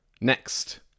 next